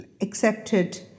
accepted